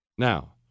Now